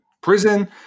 prison